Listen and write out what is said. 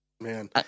Man